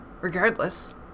regardless